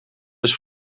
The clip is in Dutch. eens